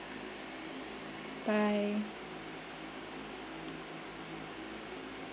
bye